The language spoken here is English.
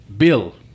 Bill